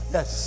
Yes